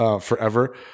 forever